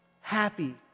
Happy